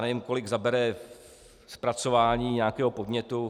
Nevím, kolik zabere zpracování nějakého podnětu.